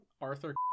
arthur